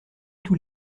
tous